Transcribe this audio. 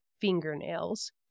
fingernails